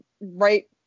right